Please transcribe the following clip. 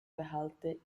behalte